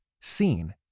seen